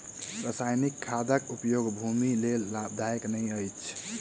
रासायनिक खादक उपयोग भूमिक लेल लाभदायक नै अछि